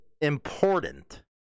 important